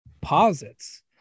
posits